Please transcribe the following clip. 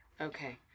Okay